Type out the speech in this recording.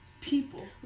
people